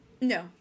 No